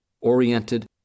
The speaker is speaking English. oriented